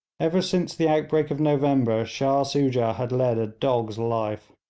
ever since the outbreak of november shah soojah had led a dog's life.